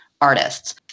artists